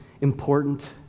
important